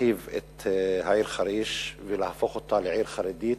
להרחיב את העיר חריש ולהפוך אותה לעיר חרדית.